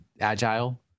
agile